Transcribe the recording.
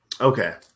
okay